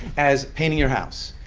as painting your house.